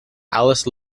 alice